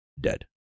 DEAD